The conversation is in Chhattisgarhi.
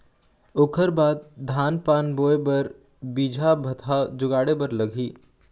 ओखर बाद धान पान बोंय बर बीजहा भतहा जुगाड़े बर लगही